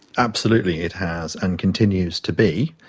absolutely it has, and continues to be.